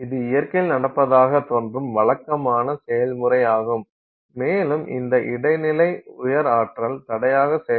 இது இயற்கையில் நடப்பதாகத் தோன்றும் வழக்கமான செயல்முறையாகும் மேலும் இந்த இடைநிலை உயர் ஆற்றல் தடையாக செயல்படும்